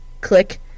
Click